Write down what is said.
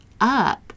up